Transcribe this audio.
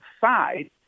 side